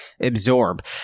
absorb